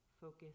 focus